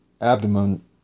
abdomen